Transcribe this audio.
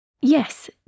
Yes